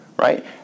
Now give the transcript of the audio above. Right